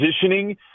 positioning